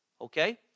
Okay